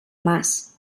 mas